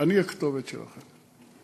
אני הכתובת שלכם.